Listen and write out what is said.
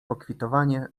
pokwitowanie